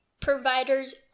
provider's